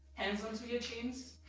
and sort of your shins.